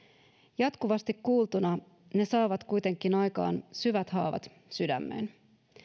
jatkuvasti kuultuina ne saavat kuitenkin aikaan syvät haavat sydämeen